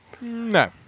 No